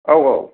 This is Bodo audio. औ